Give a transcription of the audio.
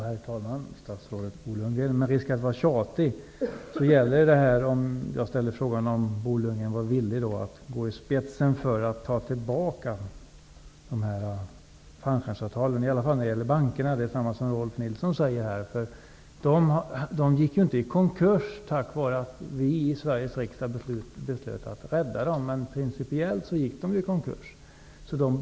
Herr talman! Statsrådet Bo Lundgren! Med risk för att bli tjatig upprepar jag frågan om huruvida Bo Lundgren är villig att gå i spetsen för att ta tillbaka fallskärmsavtalen, i alla fall när det gäller bankerna. Rolf L Nilson säger samma sak. De gick inte i konkurs tack vare att vi i Sveriges riksdag beslöt att rädda dem, men principiellt gick de ju i konkurs.